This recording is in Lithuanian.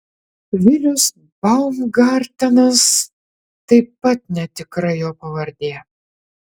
vilis baumgartenas taip pat netikra jo pavardė